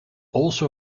also